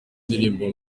ndirimbo